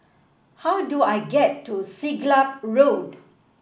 how do I get to Siglap Road